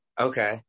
Okay